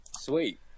Sweet